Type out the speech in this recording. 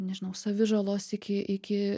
nežinau savi žalos iki iki